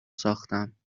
ساختم